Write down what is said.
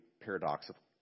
paradoxical